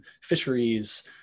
fisheries